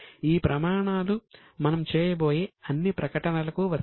భవిష్యత్తులో ఈ ప్రమాణాలు మనం చేయబోయే అన్ని ప్రకటనలకు వర్తిస్తాయి